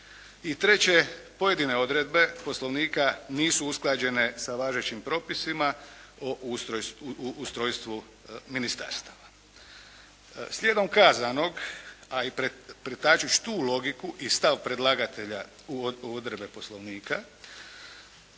I treće, pojedine odredbe Poslovnika nisu usklađene sa važećim propisima o ustrojstvu ministarstava. Slijedom kazanog, a i pretačući tu logiku i stav predlagatelja u odredbe Poslovnika,